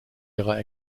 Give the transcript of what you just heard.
ihrer